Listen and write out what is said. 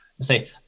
Say